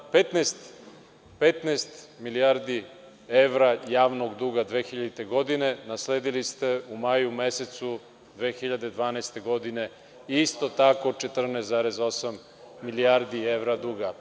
Petnaest milijardi evra javnog duga 2000. godine nasledili ste u maju mesecu 2012. godine i isto tako 14,8 milijardi evra duga.